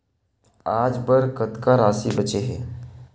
आज बर कतका राशि बचे हे?